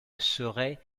serait